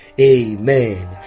amen